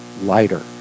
lighter